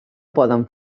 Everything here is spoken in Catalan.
poden